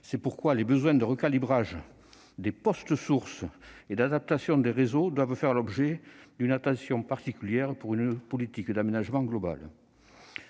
C'est pourquoi les besoins de recalibrage des postes sources et d'adaptation des réseaux doivent faire l'objet d'une attention particulière pour une politique d'aménagement globale.